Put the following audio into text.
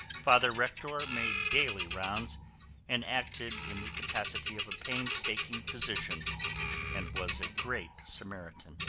father rektor made daily rounds and acted in the capacity of a painstaking physician and was a great samaritan.